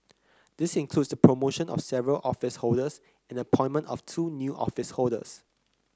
this includes the promotion of several office holders and the appointment of two new office holders